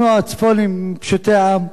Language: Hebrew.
אנחנו, הצפונים, פשוטי העם.